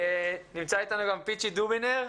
נמצא איתנו גם פיצ'י דובינר,